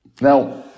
now